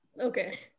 Okay